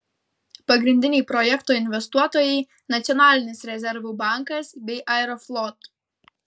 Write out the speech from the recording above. pagrindiniai projekto investuotojai nacionalinis rezervų bankas bei aeroflot